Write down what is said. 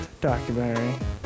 documentary